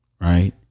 Right